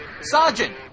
Sergeant